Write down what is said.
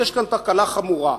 יש כאן תקלה חמורה.